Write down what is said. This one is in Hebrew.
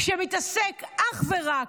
שמתעסק אך ורק,